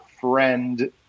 friend